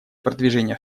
продвижения